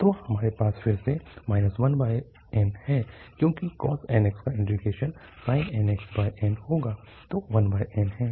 तो हमारे पास फिर से 1n है क्योंकि cos nx का इंटीग्रेशन sin nx n होगा तो 1n है